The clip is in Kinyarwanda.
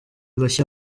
bashya